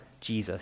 Jesus